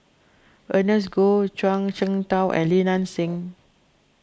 Ernest Goh Zhuang Shengtao and Li Nanxing